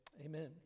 Amen